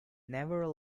never